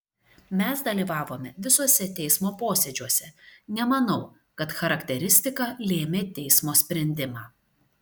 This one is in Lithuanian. mes dalyvavome visuose teismo posėdžiuose nemanau kad charakteristika lėmė teismo sprendimą